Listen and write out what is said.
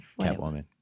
Catwoman